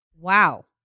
Wow